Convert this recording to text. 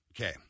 okay